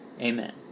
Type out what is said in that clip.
Amen